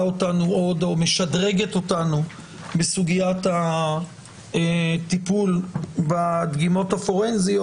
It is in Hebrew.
משדרגת אותנו בסוגית הטיפול בדגימות הפורנזיות.